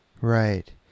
Right